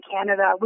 Canada